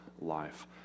life